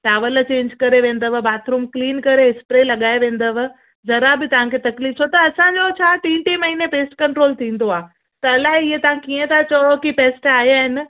towel change करे वेंदव bathroom clean करे स्प्रे लॻाए वेंदव ज़रा बि तव्हांखे तकलीफ़ छो त असांजो छा टीं टीं महीने पेस्ट कंट्रोल थींदो आहे त अलाए हीअ तव्हां कीअं था चओ के पेस्ट आया आहिनि